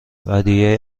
ودیعه